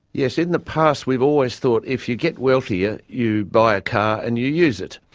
yes, in the past we've always thought if you get wealthier you buy a car and you use it.